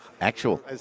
actual